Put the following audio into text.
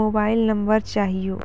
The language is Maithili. मोबाइल नम्बर चाहियो